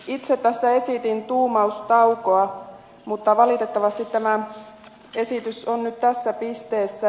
itse tässä esitin tuumaustaukoa mutta valitettavasti tämä esitys on nyt tässä pisteessä